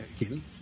again